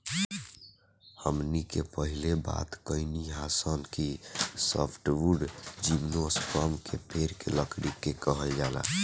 हमनी के पहिले बात कईनी हासन कि सॉफ्टवुड जिम्नोस्पर्म के पेड़ के लकड़ी के कहल जाला